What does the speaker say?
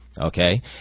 Okay